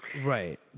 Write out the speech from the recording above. Right